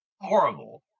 Horrible